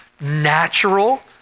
natural